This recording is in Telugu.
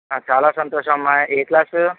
ఆ చాలా సంతోషం అమ్మా ఏ క్లాసు